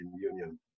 Union